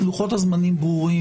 אדוני ציין שיש עוד שבוע להחלטה.